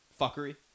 fuckery